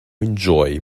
enjoy